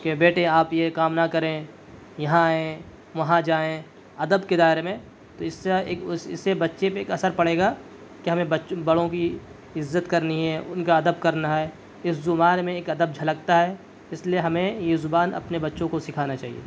کہ بیٹے آپ یہ کام نہ کریں یہاں آئیں وہاں جائیں ادب کے دائرے میں تو اس سے ایک اس سے بچے پہ ایک اثر پڑے گا کہ ہمیں بچ بڑوں کی عزت کرنی ہے ان کا ادب کرنا اس زبان میں ایک ادب جھلکتا ہے اس لیے ہمیں یہ زبان اپنے بچوں کو سکھانا چاہیے